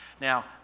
Now